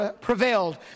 prevailed